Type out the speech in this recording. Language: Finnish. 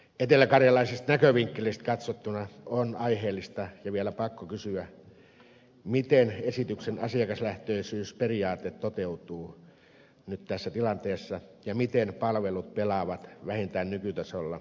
eteläkarjalaisesta näkövinkkelistä katsottuna on aiheellista ja vielä pakko kysyä miten esityksen asiakaslähtöisyysperiaate toteutuu nyt tässä tilanteessa ja miten palvelut pelaavat vähintään nykytasolla eri alueilla